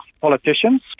politicians